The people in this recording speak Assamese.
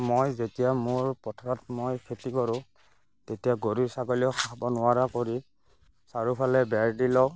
মই যেতিয়া মোৰ পথাৰত মই খেতি কৰোঁ তেতিয়া গৰু ছাগলীয়েও খাব নোৱাৰা কৰি চাৰিওফালে বেৰ দি লওঁ